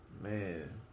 man